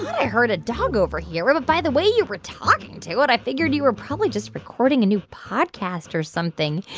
i heard a dog over here. but by the way you were talking to it, i figured you were probably just recording a new podcast or something.